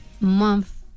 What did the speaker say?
month